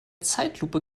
zeitlupe